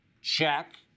check